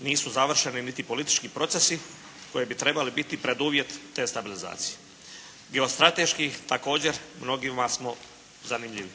nisu završeni niti politički procesi koji bi trebali biti preduvjet te stabilizacije. Geostrateški također mnogima smo zanimljivi.